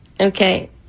Okay